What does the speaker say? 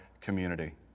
community